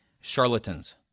charlatans